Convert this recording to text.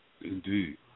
Indeed